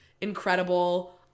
incredible